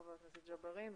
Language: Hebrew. חבר הכנסת ג'בארין,